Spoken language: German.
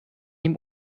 ihm